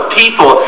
people